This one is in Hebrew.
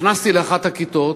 נכנסתי לאחת הכיתות